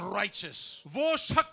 righteous